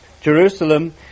Jerusalem